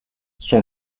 son